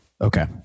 Okay